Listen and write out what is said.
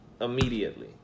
immediately